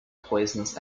poisonous